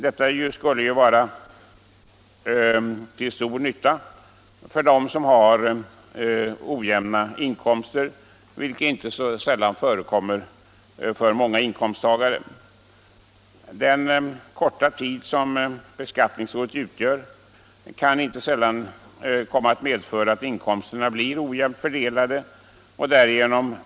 En sådan skulle vara till stor nytta för dem som har ojämna inkomster, vilket förekommer för många inkomsttagare. Den korta tid som beskattningsåret utgör kan inte sällan medföra att inkomsterna blir ojämnt fördelade.